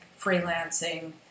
freelancing